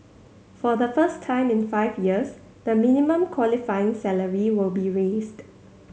for the first time in five years the minimum qualifying salary will be raised